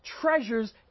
treasures